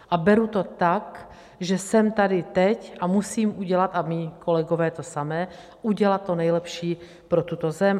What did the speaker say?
A beru to tak, že jsem tady teď a musím udělat a mí kolegové to samé udělat to nejlepší pro tuto zem.